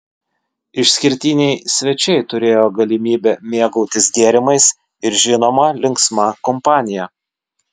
išskirtiniai svečiai turėjo galimybę mėgautis gėrimais ir žinoma linksma kompanija